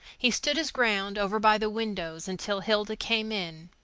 he stood his ground over by the windows until hilda came in.